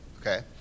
okay